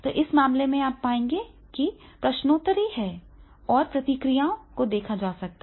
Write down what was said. तो इस मामले में आप पाएंगे कि प्रश्नोत्तरी है और प्रतिक्रियाओं को देखा जा सकता है